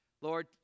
Lord